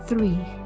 Three